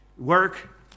work